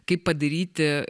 kaip padaryti